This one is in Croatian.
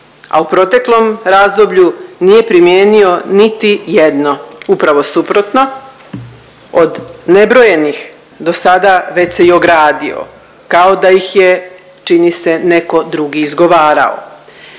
a u proteklom razdoblju nije primijenio niti jedno, upravo suprotno od nebrojenih do sada već se i ogradio kao da ih je čini se neko drugi izgovarao.